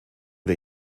wir